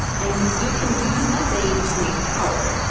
and you can use methane to make power.